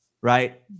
right